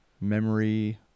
memory